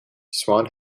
swan